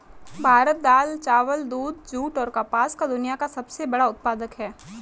भारत दाल, चावल, दूध, जूट, और कपास का दुनिया का सबसे बड़ा उत्पादक है